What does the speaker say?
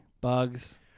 Bugs